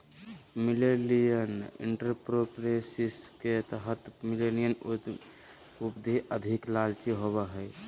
millennial entrepreneurship के तहत millennial उधमी अधिक लचीला होबो हय